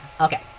Okay